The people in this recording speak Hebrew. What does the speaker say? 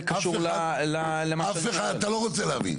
אף אחד לא מדבר.